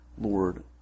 Lord